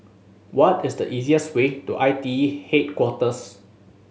what is the easiest way to I T E Headquarters